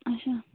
اَچھا